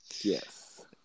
Yes